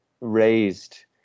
raised